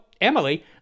Emily